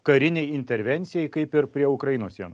karinei intervencijai kaip ir prie ukrainos sienų